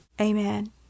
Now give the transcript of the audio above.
Amen